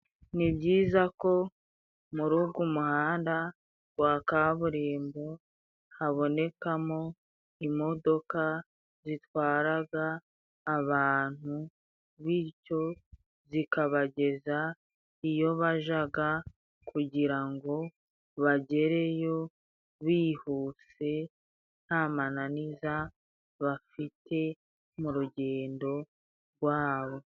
Nibyiza ko murugu muhanda gwa kaburimbo habonekamo imodoka zitwaraga abantu ,bityo zikabageza iyo bajaga, kugira ngo bagereyo bihuse, nta mananiza bafite mu rugendo rwabo.